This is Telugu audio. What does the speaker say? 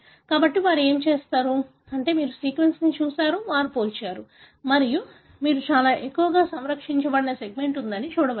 కాబట్టి వారు ఏమి చేశారు అంటే వారు సీక్వెన్స్ని చూశారు వారు పోల్చారు మరియు మీరు చాలా ఎక్కువగా సంరక్షించబడిన సెగ్మెంట్ ఉందని చూడవచ్చు